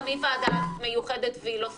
גם היא ועדה מיוחדת והיא לא סטטוטורית,